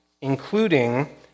including